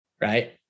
right